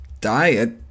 diet